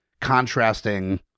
contrasting